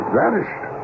vanished